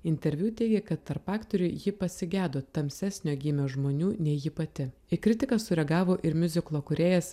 interviu teigė kad tarp aktorių ji pasigedo tamsesnio gymio žmonių nei ji pati į kritiką sureagavo ir miuziklo kūrėjas